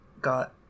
Got